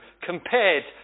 compared